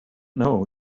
know